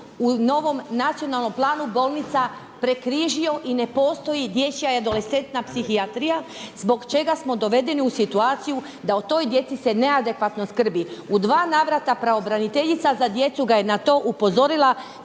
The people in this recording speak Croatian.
u novom nacionalnom planu bolnica prekrižio i ne postoji dječja adolescentna psihijatrija zbog čega smo dovedeni u situaciju da o toj djeci se neadekvatno skrbi. U dva navrata pravobraniteljica za djecu ga je na to upozorila,